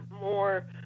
more